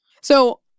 So-